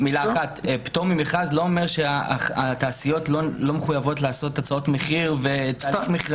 פטור ממכרז לא אומר שהתעשיות לא מחויבות לעשות הצעות מחיר ומכרזים.